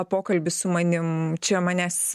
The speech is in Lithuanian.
pokalbį su manim čia manęs